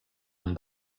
amb